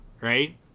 right